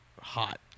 hot